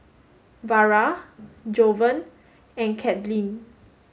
Vara Jovan and Kadyn